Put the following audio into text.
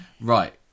right